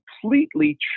completely